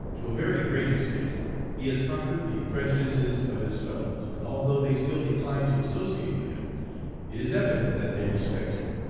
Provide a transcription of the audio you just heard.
to a very great extent he has conquered the prejudices of his fellows, and although they still decline to associate with him it is evident that they respect him.